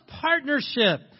partnership